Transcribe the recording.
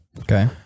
Okay